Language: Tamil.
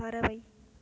பறவை